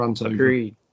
Agreed